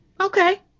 Okay